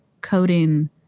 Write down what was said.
coding